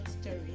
story